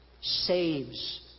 Saves